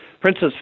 Princess